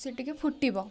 ସେ ଟିକେ ଫୁଟିବ